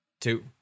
two